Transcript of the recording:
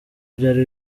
byari